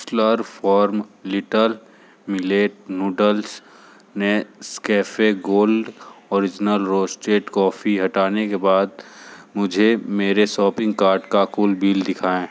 Slurrp farm little millet noodles Nescafe gold original roasted coffee हटाने के बाद मुझे मेरे शॉपिंग कार्ट का कुल बिल दिखाएँ